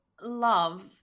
love